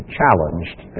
challenged